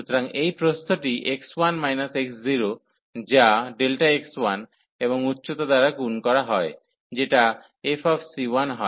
সুতরাং এই প্রস্থটি x1 x0 যা x1 এবং উচ্চতা দ্বারা গুণ করা হয় যেটা f হয়